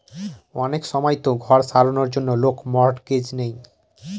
অনেক সময়তো ঘর সারানোর জন্য লোক মর্টগেজ নেয়